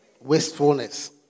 Wastefulness